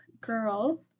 girl